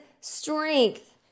strength